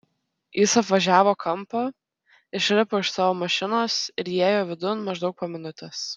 jis apvažiavo kampą išlipo iš savo mašinos ir įėjo vidun maždaug po minutės